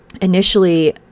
initially